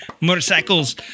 Motorcycles